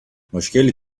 مشکلی